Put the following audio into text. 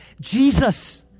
Jesus